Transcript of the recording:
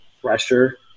pressure